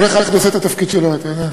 כל אחד עושה את התפקיד שלו, אתה יודע.